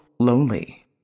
lonely